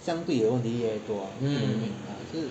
相对的问题也多